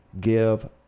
give